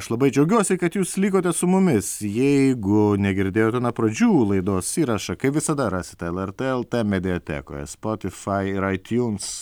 aš labai džiaugiuosi kad jūs likote su mumis jeigu negirdėjote nuo pradžių laidos įrašą kaip visada rasite lrt lt mediatekoje spotify ir itunes